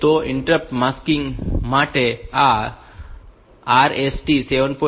તો આ interrupt masking માટે છે અને આ RST 7